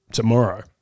tomorrow